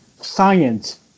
science